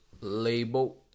label